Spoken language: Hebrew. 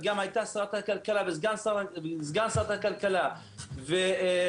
שרת הכלכלה הייתה וסגן שר הכלכלה ודיברנו